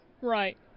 Right